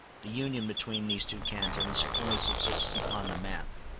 the union between these two cantons only subsists upon the map,